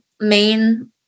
main